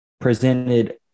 presented